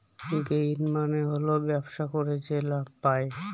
gain মানে হল ব্যবসা করে যে লাভ পায়